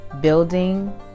building